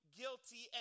guilty